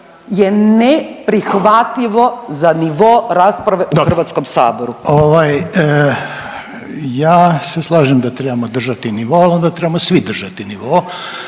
je neprihvatljivo za nivo rasprave u HS. **Reiner, Željko (HDZ)** Dobro, ovaj ja se slažem da trebamo držati nivo, al onda trebamo svi držati nivo